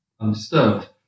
undisturbed